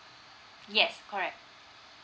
yes correct